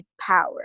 power